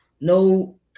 no